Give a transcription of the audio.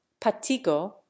patigo